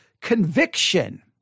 conviction